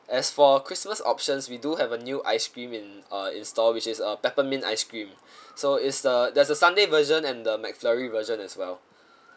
as for christmas options we do have a new ice cream in uh in store which is uh peppermint ice cream so it's the there's a sundae version and the mcflurry version as well